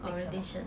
orientation